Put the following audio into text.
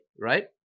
right